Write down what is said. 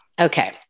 Okay